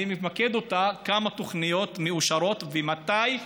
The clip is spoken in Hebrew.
אני ממקד אותה: כמה תוכניות מאושרות ומתי,